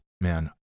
man